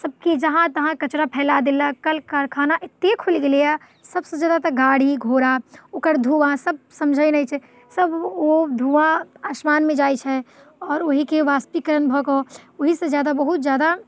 सभकिछु जहाँ तहाँ कचड़ा फैला देलक कल कारखाना एतेक खुलि गेलैया सभसँ जादा तऽ गाड़ी घोड़ा ओकर धुआँ सभ समझैत नहि छै सभ ओ धुआँ असमानमे जाइत छै आओर ओहिके वाष्पीकरण भऽ कऽ ओहिसँ जादा बहुत जादा